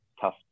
tough